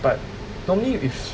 but normally if